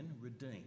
redeem